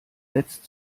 setzt